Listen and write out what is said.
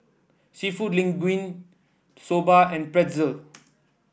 seafood Linguine Soba and Pretzel